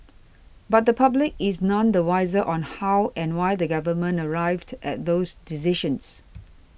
but the public is none the wiser on how and why the Government arrived at those decisions